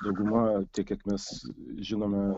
dauguma tiek kiek mes žinome